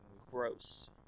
Gross